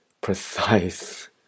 precise